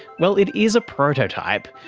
well, it is a prototype,